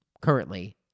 currently